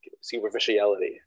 superficiality